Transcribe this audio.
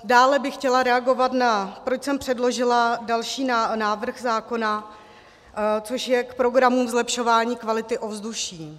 Dále bych chtěla reagovat, proč jsem předložila další návrh zákona, což je k programu zlepšování kvality ovzduší.